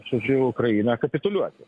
žodžiu ukrainą kapituliuoti